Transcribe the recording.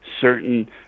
certain